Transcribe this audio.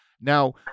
now